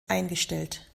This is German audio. eingestellt